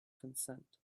consent